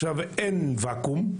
אין ואקום.